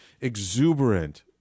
exuberant